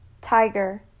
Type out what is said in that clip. tiger